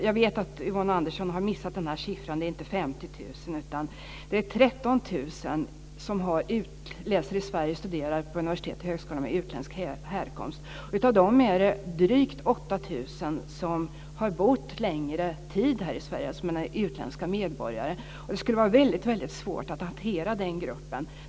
Jag vet att Yvonne Andersson har missat siffran; det är inte fråga om 50 000 utan det är 13 000 med utländsk härkomst som läser och studerar på universitet och högskolor i Sverige. Av dem har drygt 8 000 bott en längre tid i Sverige men är utländska medborgare. Det skulle vara svårt att hantera den gruppen.